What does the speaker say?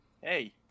Hey